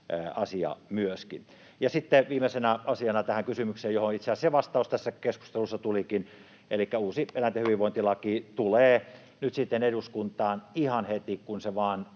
asia myöskin. Sitten viimeisenä asiana tähän kysymykseen, johon itse asiassa vastaus tässä keskustelussa jo tulikin: Elikkä uusi eläinten hyvinvointilaki tulee nyt sitten eduskuntaan ihan heti, kun se vain